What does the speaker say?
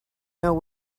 know